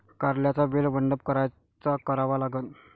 कारल्याचा वेल मंडप कायचा करावा लागन?